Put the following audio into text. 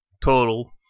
total